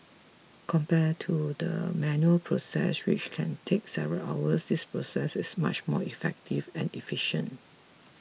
compared to the manual process which can take several hours this process is much more effective and efficient